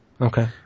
okay